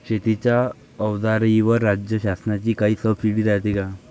शेतीच्या अवजाराईवर राज्य शासनाची काई सबसीडी रायते का?